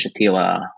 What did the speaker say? Shatila